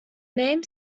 name